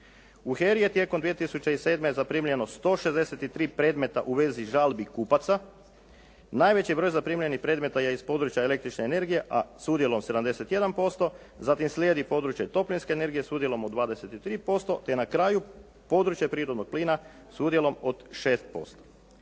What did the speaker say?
U HERA-i je tijekom 2007. zaprimljeno 163 predmeta u vezi žalbi kupaca. Najveći broj zaprimljenih predmeta je iz područja električne energije a s udjelom 71%, zatim slijedi područje toplinske energije s udjelom od 23%, te na kraju područje prirodnog plina s udjelom od 6%.